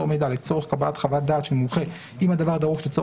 במידע שהועבר ממאגר המידע לרשות ניירות ערך שימוש לחקירת